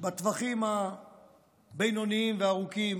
בטווחים הבינוניים והארוכים: